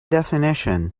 definition